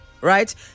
right